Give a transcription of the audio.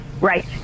right